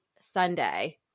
Sunday